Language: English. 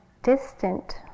distant